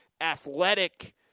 athletic –